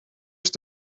ist